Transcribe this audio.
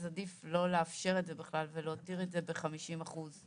אז עדיף לא לאפשר את זה בכלל ולהותיר את זה ב-50% מהמסך.